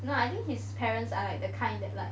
you know I think his parents are like the kind that like